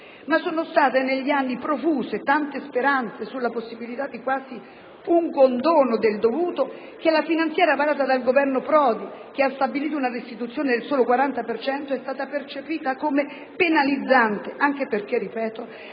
sono state profuse tante speranze sulla possibilità di una sorta di condono del dovuto che la finanziaria varata dal Governo Prodi, che ha stabilito una restituzione del 40 per cento del dovuto, è stata percepita come penalizzante, anche perché - ripeto